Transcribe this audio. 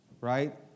Right